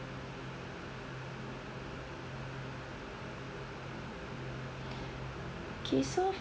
okay so